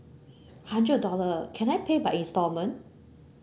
hundred dollar can I pay by installment